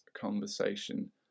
conversation